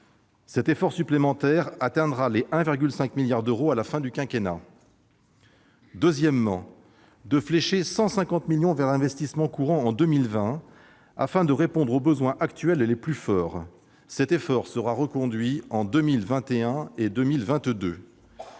Cet effort supplémentaire atteindra 1,5 milliard d'euros à la fin du quinquennat. Elles ont également eu pour effet de flécher 150 millions vers l'investissement courant en 2020, afin de répondre aux besoins actuels les plus forts. Cet effort sera reconduit en 2021 et en 2022.